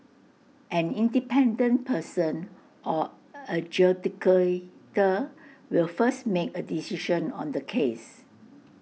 an independent person or adjudicator will first make A decision on the case